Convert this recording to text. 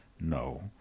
No